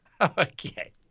Okay